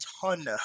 ton